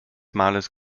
malers